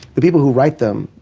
the people who write them,